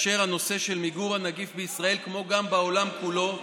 והנושא של מיגור הנגיף בישראל, כמו גם בעולם כולו,